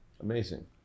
amazing